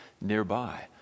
nearby